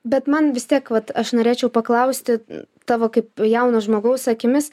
bet man vis tiek vat aš norėčiau paklausti tavo kaip jauno žmogaus akimis